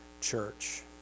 church